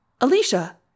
Alicia